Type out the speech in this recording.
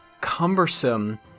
cumbersome